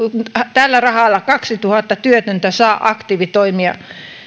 tällä rahalla kaksituhatta työtöntä saa aktiivitoimia